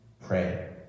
pray